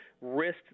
risk